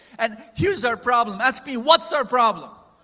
and here's our problem. ask me what's our problem